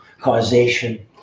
causation